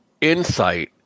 insight